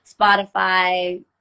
Spotify